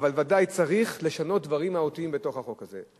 אבל ודאי צריך לשנות דברים מהותיים בחוק הזה.